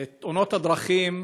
תאונות הדרכים